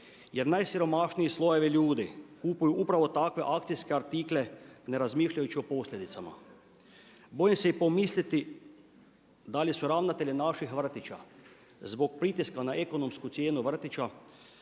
jer najsiromašniji slojevi ljudi kupuju upravo takve akcijske artikle ne razmišljajući o posljedicama. Bojim se i pomisliti da li su ravnatelji naših vrtića zbog pritiska na ekonomsku cijenu vrtića